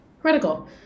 Critical